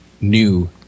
new